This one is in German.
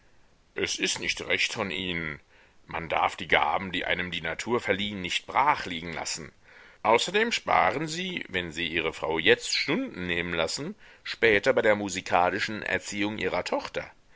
es ist nicht recht von ihnen man darf die gaben die einem die natur verliehen nicht brachliegen lassen außerdem sparen sie wenn sie ihre frau jetzt stunden nehmen lassen später bei der musikalischen erziehung ihrer tochter